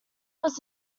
was